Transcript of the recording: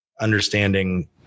understanding